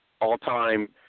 all-time